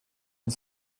und